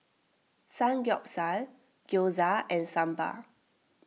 Samgeyopsal Gyoza and Sambar